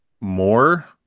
more